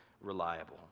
reliable